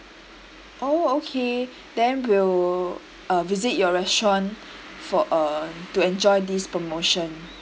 oh okay then will uh visit your restaurant for uh to enjoy this promotion